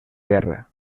guerra